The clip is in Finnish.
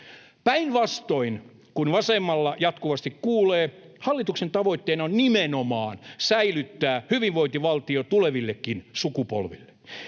Päinvastoin kuin vasemmalta jatkuvasti kuulee, hallituksen tavoitteena on nimenomaan säilyttää hyvinvointivaltio tulevillekin sukupolville.